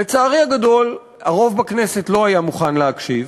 לצערי הגדול, הרוב בכנסת לא היה מוכן להקשיב,